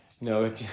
no